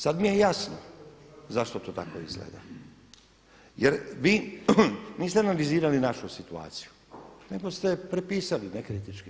Sada mi je jasno zašto to tako izgleda jer vi niste analizirali našu situaciju nego ste prepisali ne kritički.